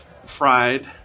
Fried